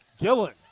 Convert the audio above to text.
Gillen